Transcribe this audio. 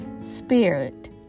spirit